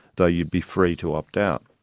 though you'd be free to opt out.